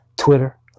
Twitter